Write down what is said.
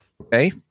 Okay